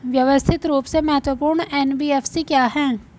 व्यवस्थित रूप से महत्वपूर्ण एन.बी.एफ.सी क्या हैं?